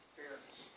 fairness